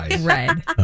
red